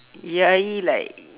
yayi like